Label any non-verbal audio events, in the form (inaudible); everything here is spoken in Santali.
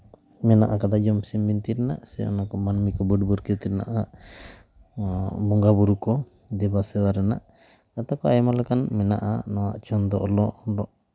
ᱢᱮᱱᱟᱜ ᱠᱟᱫᱟ ᱡᱚᱢᱥᱤᱢ ᱵᱤᱱᱛᱤ ᱨᱮᱱᱟᱜ ᱥᱮ ᱢᱟᱹᱱᱢᱤ ᱠᱚ ᱵᱟᱹᱰ ᱵᱚᱨᱠᱮᱛ ᱨᱮᱱᱟᱜ ᱵᱚᱸᱦᱟᱼᱵᱳᱨᱳ ᱠᱚ ᱫᱮᱵᱟ ᱥᱮᱵᱟ ᱨᱮᱱᱟᱜ ᱠᱟᱛᱷᱟ ᱠᱚ ᱟᱭᱢᱟ ᱞᱮᱠᱟᱱ ᱢᱮᱱᱟᱜᱼᱟ ᱱᱚᱣᱟ ᱪᱷᱚᱱᱫᱚ (unintelligible)